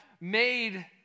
made